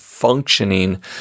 Functioning